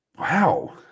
Wow